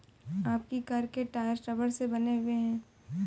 आपकी कार के टायर रबड़ से बने हुए हैं